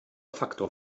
faktor